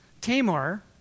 Tamar